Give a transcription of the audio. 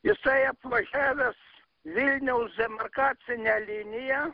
jisai apvažiavęs vilniaus demarkacinę liniją